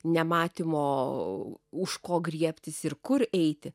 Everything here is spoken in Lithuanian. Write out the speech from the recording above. nematymo už ko griebtis ir kur eiti